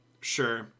Sure